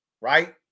right